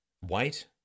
white